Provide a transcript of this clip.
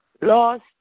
Lost